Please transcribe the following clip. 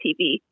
TV